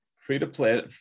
Free-to-play